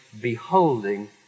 beholding